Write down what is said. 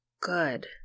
good